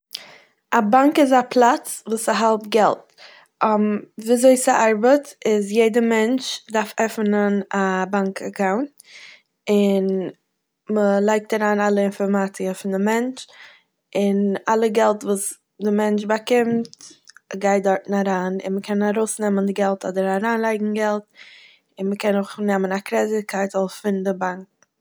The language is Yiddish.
א באנק איז א פלאץ וואס ס'האלט געלט, ווי אזוי ס'ארבעט איז יעדע מענטש דארף עפענען א באנק אקאונט און מ'לייגט אריין אלע אינפארמאציע פון די מענטש און אלע געלט וואס די מענטש באקומט גייט דארט אריין און מ'קען ארויסנעמען די געלט אדער אריינלייגן געלט און מ'קען אויך נעמען א קרעדיט קארד זאל פון די באנק.